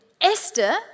Esther